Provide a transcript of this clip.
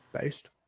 based